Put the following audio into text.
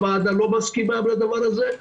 הוועדה לא מסכימה לדבר הזה,